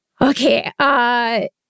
Okay